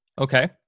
Okay